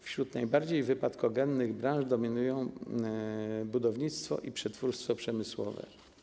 Wśród najbardziej wypadkogennych branż dominują budownictwo i przetwórstwo przemysłowe.